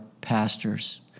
pastors